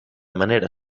manera